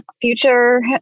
future